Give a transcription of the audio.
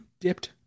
Dipped